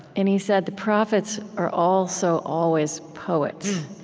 and he said the prophets are also always poets,